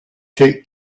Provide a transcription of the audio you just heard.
take